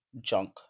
junk